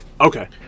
Okay